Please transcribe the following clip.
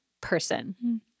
person